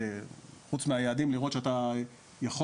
חוץ מהיעדים אתה צריך לראות שאתה יכול